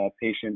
patient